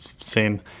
seen